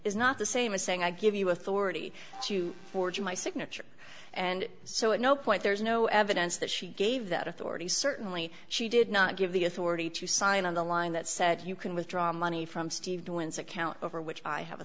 is not the same as saying i give you authority to forge my signature and so at no point there's no evidence that she gave that authority certainly she did not give the authority to sign on the line that said you can withdraw money from steve irwin's account over which i have a